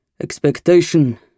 expectation